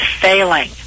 failing